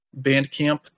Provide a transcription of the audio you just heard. Bandcamp